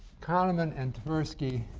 kahneman and tversky